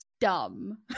dumb